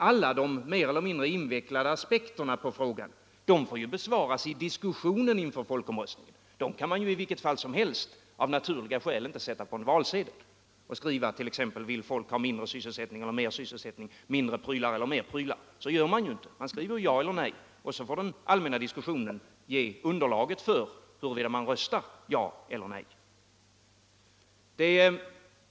Alla de mer eller mindre invecklade aspekterna på frågan får belysas i diskussionen inför folkomröstningen. Man kan av naturliga skäl inte sätta dem på en valsedel. Man kan inte fråga om folk vill ha mer eller mindre sysselsättning, mer eller mindre prylar osv. Så gör man inte heller. Man skriver ja eller nej, och så får den allmänna diskussionen ge underlag för huruvida man röstar ja eller nej.